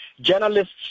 journalists